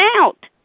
out